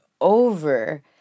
over